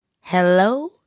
Hello